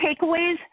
takeaways